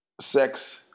sex